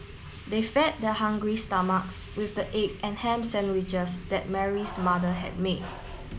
they fed their hungry stomachs with the egg and ham sandwiches that Mary's mother had made